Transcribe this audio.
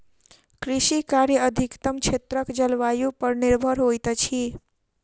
कृषि कार्य अधिकतम क्षेत्रक जलवायु पर निर्भर होइत अछि